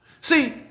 See